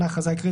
(להלן ההכרזה העיקרית),